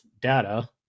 data